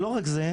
לא רק זה,